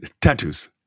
Tattoos